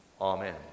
Amen